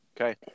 Okay